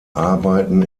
arbeiten